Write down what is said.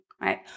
right